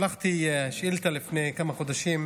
שלחתי שאילתה לפני כמה חודשים,